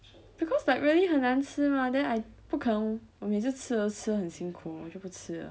because like really 很难吃 mah then I 不肯我每次吃都吃很辛苦我就不吃了